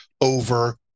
over